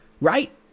right